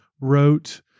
wrote